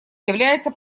является